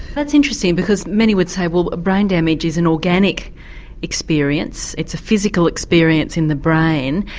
that's interesting because many would say, well, brain damage is an organic experience, it's a physical experience in the brain.